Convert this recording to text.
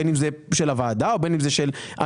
בין אם זה של הוועדה ובין אם זה של הממשלה,